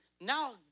now